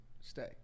stay